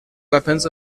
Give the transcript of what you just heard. weapons